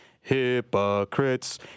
Hypocrites